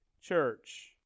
church